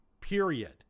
Period